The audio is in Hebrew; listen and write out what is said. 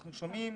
אנחנו שומעים